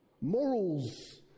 Morals